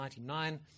1999